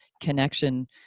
connection